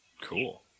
Cool